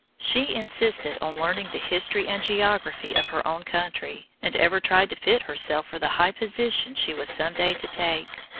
she insisted on learning the history and geography of her own country, and ever tried to fit herself for the high position she was some day to take.